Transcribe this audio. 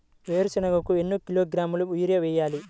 వేరుశనగకు ఎన్ని కిలోగ్రాముల యూరియా వేయాలి?